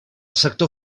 sector